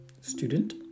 student